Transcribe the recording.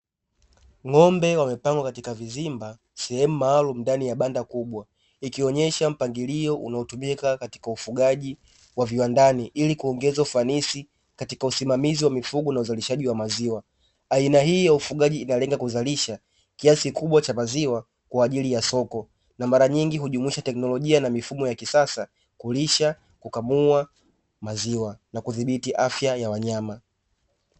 Ng'ombe wamepangwa katika vizimba sehemu maalumu ndani ya banda kubwa, ikionyesha mpangilio unaotumika katika ufugaji wa viwandani ili kuongeza ufanisi katika usimamizi wa mifugo na uzalishaji wa maziwa. Aina hii ya ufugaji inayolenga kuzalisha kiasi kikubwa cha maziwa kwa ajili ya soko, na mara nyingi hujumuisha teknolojia na mifumo ya kisasa: kulisha, kukamua maziwa na kudhibiti afya ya wanyama.